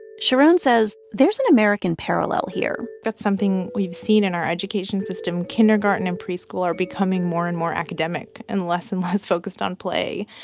sharon says there's an american parallel here that's something we've seen in our education system. kindergarten and preschool are becoming more and more academic and less and less focused on play.